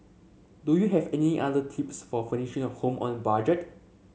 do you have any other tips for furnishing a home on budget